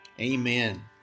amen